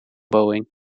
boeing